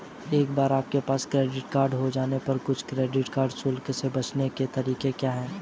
एक बार आपके पास क्रेडिट कार्ड हो जाने पर कुछ क्रेडिट कार्ड शुल्क से बचने के कुछ तरीके क्या हैं?